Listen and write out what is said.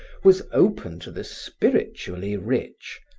was open to the spiritually rich,